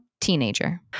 teenager